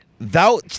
Thou